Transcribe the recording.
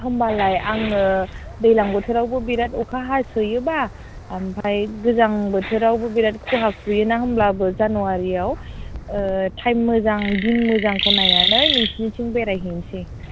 होमबालाय आङो दैज्लां बोथोरावबो बिराद अखा हासोयोबा ओमफ्राय गोजां बोथोरावबो बिराद खुवा खुयोना होनब्लाबो जानुवारियाव टाइम मोजां दिन मोजांखौ नायनानै नोंसोरनिथिं बेरायहैनिसै